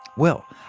well,